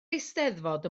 eisteddfod